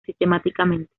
sistemáticamente